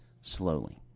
slowly